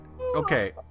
okay